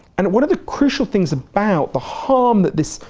and one of the crucial things about the harm that this,